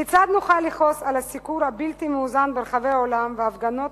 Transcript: כיצד נוכל לכעוס על הסיקור הבלתי-מאוזן ברחבי העולם וההפגנות